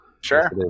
Sure